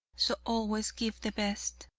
so always give the best.